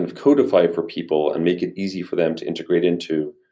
and codify for people and make it easy for them to integrate into,